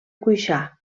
cuixà